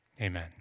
amen